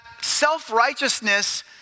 self-righteousness